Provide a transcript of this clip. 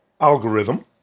algorithm